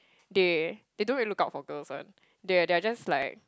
they they don't really look out for girls one they they are just like